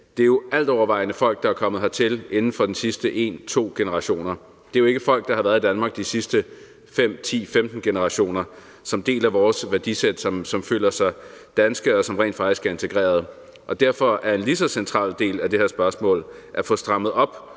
Stat, altovervejende er folk, der er kommet hertil inden for de sidste en til to generationer. Det er jo ikke folk, der har været i Danmark i de sidste 5, 10, 15 generationer, som deler vores værdisæt, som føler sig danske, og som rent faktisk er integreret, og derfor er en lige så central del af det her spørgsmål at få strammet op